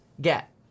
get